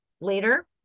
later